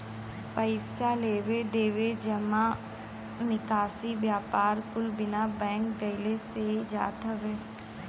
पइसा लेवे देवे, जमा निकासी, व्यापार कुल बिना बैंक गइले से हो जात हौ